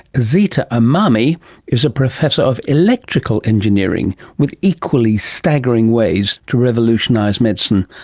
azita emami is a professor of electrical engineering with equally staggering ways to revolutionise medicine,